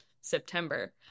September